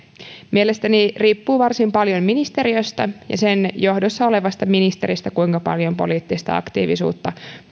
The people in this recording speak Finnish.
mielestäni riippuu varsin paljon ministeriöstä ja sen johdossa olevasta ministeristä kuinka paljon poliittista aktiivisuutta